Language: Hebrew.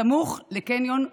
סמוך לקניון ברמלה,